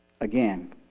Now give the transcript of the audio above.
again